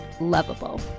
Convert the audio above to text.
Lovable